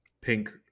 Pink